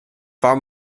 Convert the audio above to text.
far